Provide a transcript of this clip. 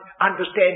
understand